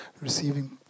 receiving